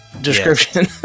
description